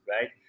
Right